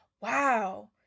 wow